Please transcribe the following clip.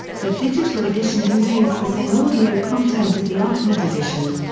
the digital edition contains the same audio content as the ultimate edition.